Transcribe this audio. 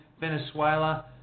Venezuela